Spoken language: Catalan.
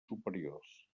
superiors